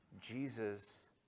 Jesus